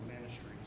Ministries